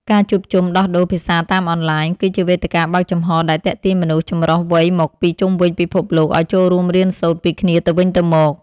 ការជួបជុំដោះដូរភាសាតាមអនឡាញ គឺជាវេទិកាបើកចំហដែលទាក់ទាញមនុស្សចម្រុះវ័យមកពីជុំវិញពិភពលោកឱ្យចូលរួមរៀនសូត្រពីគ្នាទៅវិញទៅមក។